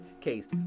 case